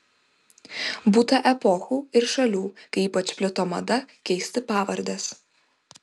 būta epochų ir šalių kai ypač plito mada keisti pavardes